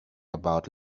about